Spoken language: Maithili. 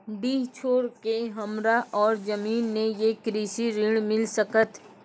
डीह छोर के हमरा और जमीन ने ये कृषि ऋण मिल सकत?